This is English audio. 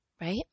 right